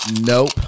nope